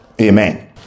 Amen